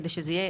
כדי שזה יהיה,